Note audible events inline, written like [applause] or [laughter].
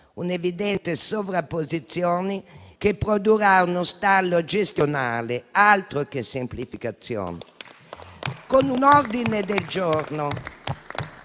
un'evidente sovrapposizione, che produrrà uno stallo gestionale, altro che semplificazione. [applause] Con un ordine del giorno